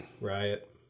Riot